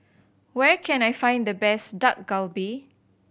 where can I find the best Dak Galbi